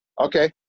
okay